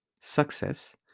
success